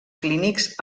clínics